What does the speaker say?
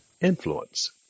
influence